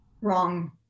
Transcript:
wrong